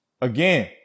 again